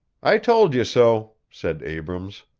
i told you so, said abrams.